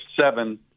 seven